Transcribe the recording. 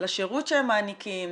לשירות שהם מעניקים.